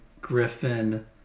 Griffin